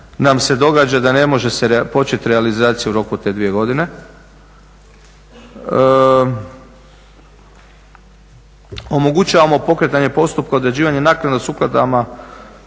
nam se događa da ne može se početi realizaciju u roku od te dvije godine. Omogućavamo pokretanje postupka određivanja naknada